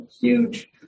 huge